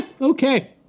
okay